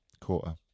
quarter